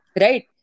right